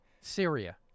Syria